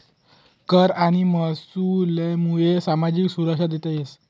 कर आणि महसूलमुये सामाजिक सुरक्षा देता येस